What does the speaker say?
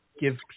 give